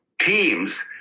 teams